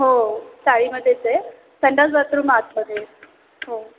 हो चाळीमध्येच आहे संडास बाथरूम आतमध्ये हो